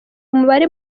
umubare